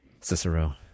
Cicero